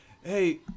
Hey